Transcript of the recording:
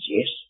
Yes